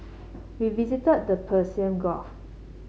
we visited the Persian Gulf